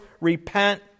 repent